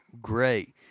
great